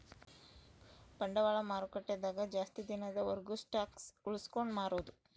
ಬಂಡವಾಳ ಮಾರುಕಟ್ಟೆ ದಾಗ ಜಾಸ್ತಿ ದಿನದ ವರ್ಗು ಸ್ಟಾಕ್ಷ್ ಉಳ್ಸ್ಕೊಂಡ್ ಮಾರೊದು